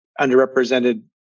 underrepresented